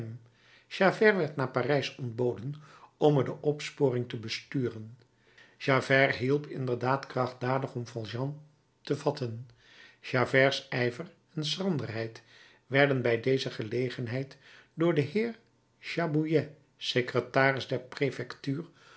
javert werd naar parijs ontboden om er de opsporing te besturen javert hielp inderdaad krachtdadig om valjean te vatten javerts ijver en schranderheid werden bij deze gelegenheid door den heer chabouillet secretaris der prefectuur